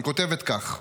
היא כותבת כך: